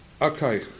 Okay